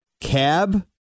cab